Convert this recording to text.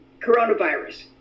coronavirus